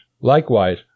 Likewise